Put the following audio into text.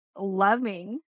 loving